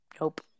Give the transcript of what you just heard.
Nope